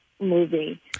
movie